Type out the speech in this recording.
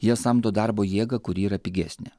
jie samdo darbo jėgą kuri yra pigesnė